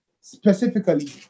specifically